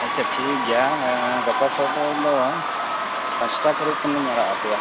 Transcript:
ᱟᱪᱪᱷᱟ ᱴᱷᱤᱠ ᱜᱮᱭᱟ ᱜᱟᱯᱟ ᱠᱷᱚᱱ ᱫᱚ ᱯᱟᱸᱪᱴᱟ ᱠᱚᱨᱮ ᱠᱷᱚᱱᱞᱤᱧ ᱟᱲᱟᱜ ᱟᱯᱮᱭᱟ